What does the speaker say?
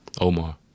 Omar